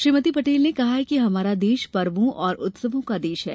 श्रीमती पटेल ने कहा कि हमारा देश पर्वो और उत्सवों का देश है